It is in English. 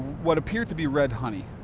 what appeared to be red honey.